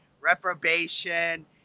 reprobation